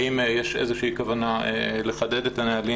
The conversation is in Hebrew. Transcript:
האם יש איזושהי כוונה לחדד את הנהלים